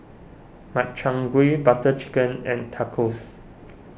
Makchang Gui Butter Chicken and Tacos